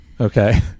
Okay